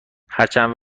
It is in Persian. هرچند